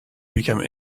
become